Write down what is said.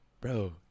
Bro